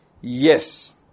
Yes